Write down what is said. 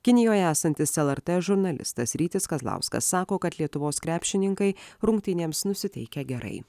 kinijoje esantis lrt žurnalistas rytis kazlauskas sako kad lietuvos krepšininkai rungtynėms nusiteikę gerai